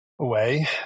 away